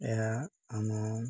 ଏହା ଆମ